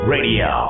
Radio